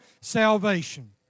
salvation